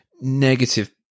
negative